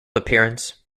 appearance